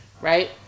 right